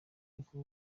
ubwo